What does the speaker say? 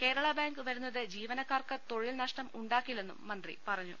Kerala bank വരുന്നത് ജീവ നക്കാർക്ക് തൊഴിൽ നഷ്ടം ഉണ്ടാക്കില്ലെന്നും മന്ത്രി പറഞ്ഞു